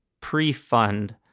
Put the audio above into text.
pre-fund